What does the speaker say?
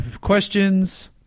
Questions